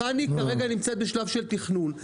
חנ"י נמצאת בשלב של תכנון.